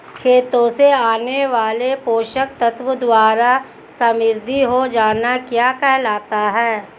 खेतों से आने वाले पोषक तत्वों द्वारा समृद्धि हो जाना क्या कहलाता है?